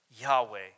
Yahweh